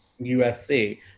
usc